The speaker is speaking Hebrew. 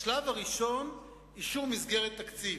השלב הראשון, אישור מסגרת התקציב.